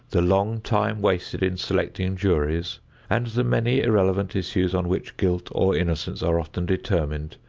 the long time wasted in selecting juries and the many irrelevant issues on which guilt or innocence are often determined,